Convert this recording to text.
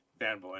fanboy